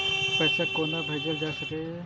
पैसा कोना भैजल जाय सके ये